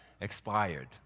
expired